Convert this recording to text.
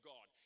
God